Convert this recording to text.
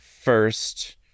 first